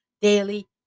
daily